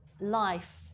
life